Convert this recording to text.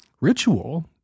ritual